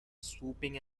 swooping